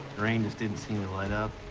rain just didn't seem to let up.